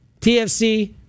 TFC